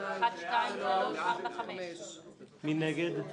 מי נגד?